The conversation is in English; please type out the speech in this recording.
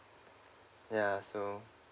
ya so